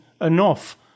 enough